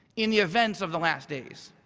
in the events of the last days?